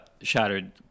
shattered